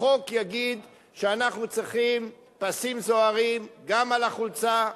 החוק יגיד שאנחנו צריכים פסים זוהרים גם על החולצה,